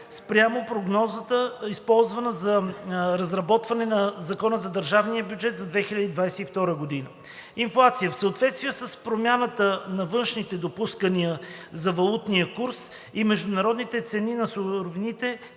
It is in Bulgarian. спрямо прогнозата, използвана за разработване на ЗДБРБ за 2022 г. Инфлация В съответствие с промяната на външните допускания за валутния курс и международните цени на суровините,